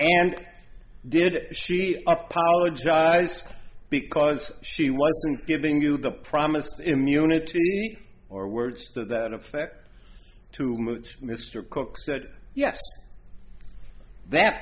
and did she apologize because she wasn't giving you the promised immunity or words to that effect to moot mr cook said yes that